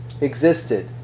existed